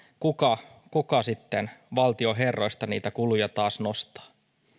kuka sitten valtion herroista niitä kuluja taas nostaa